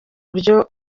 buryo